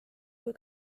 kui